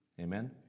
Amen